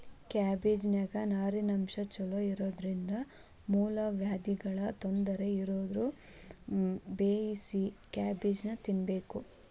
ಕ್ಯಾಬಿಜ್ನಾನ್ಯಾಗ ನಾರಿನಂಶ ಚೋಲೊಇರೋದ್ರಿಂದ ಮೂಲವ್ಯಾಧಿಗಳ ತೊಂದರೆ ಇರೋರು ಬೇಯಿಸಿದ ಕ್ಯಾಬೇಜನ್ನ ತಿನ್ಬೇಕು